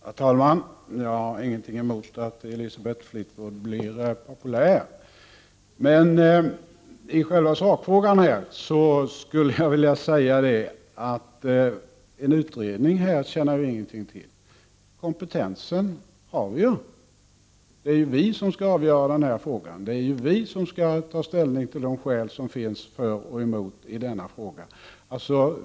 Herr talman! Jag har ingenting emot att Elisabeth Fleetwood blir populär. I själva sakfrågan vill jag säga att en utredning inte tjänar något till. Kompetensen har vi ju. Det är vi som skall avgöra den här frågan, och det är vi som skall ta ställning till de skäl som finns för och emot införande av en sanningsförsäkran.